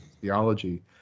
theology